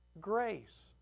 grace